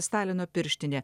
stalino pirštinė